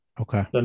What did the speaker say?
Okay